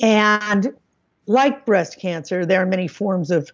and like breast cancer, there are many forms of